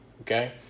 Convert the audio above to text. Okay